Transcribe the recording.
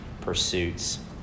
pursuits